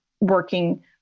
working